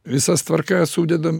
visas tvarkas sudedam